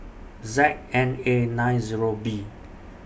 Z N A nine Zero B